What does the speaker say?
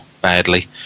badly